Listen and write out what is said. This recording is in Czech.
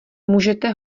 můžete